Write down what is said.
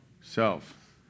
Self